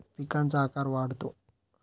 पिकांचा आकार वाढतो